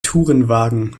tourenwagen